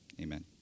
Amen